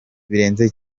birenze